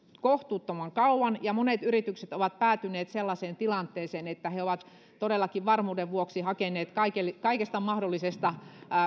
kohtuuttoman kauan ja monet yritykset ovat päätyneet sellaiseen tilanteeseen että he ovat todellakin varmuuden vuoksi hakeneet tukea kaikesta mahdollisesta